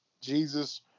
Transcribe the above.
Jesus